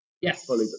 Yes